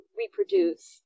reproduce